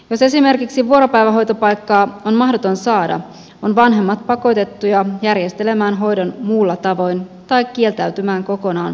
jos esimerkiksi vuoropäivähoitopaikkaa on mahdoton saada ovat vanhemmat pakotettuja järjestelemään hoidon muulla tavoin tai kieltäytymään kokonaan sunnuntaityöstä